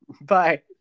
Bye